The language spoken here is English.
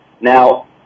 Now